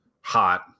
hot